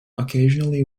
occasionally